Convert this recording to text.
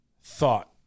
thought